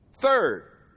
Third